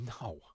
No